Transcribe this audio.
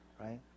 right